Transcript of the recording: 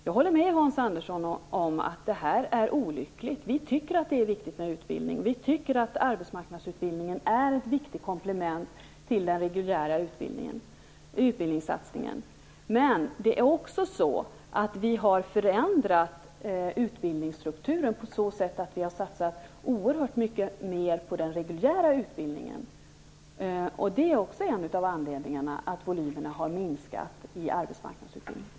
Jag håller med Hans Andersson att denna situation är olycklig. Vi tycker att det är viktigt med utbildning. Vi tycker att arbetsmarknadsutbildningen är ett viktigt komplement till den reguljära utbildningssatsningen. Men vi har förändrat utbildningsstrukturen, så till vida att vi har satsat oerhört mycket mer på den reguljära utbildningen. Det är också en av anledningarna till att volymerna har minskat i arbetsmarknadsutbildningen.